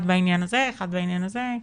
אחד בעניין הזה, ואחד בעניין הזה,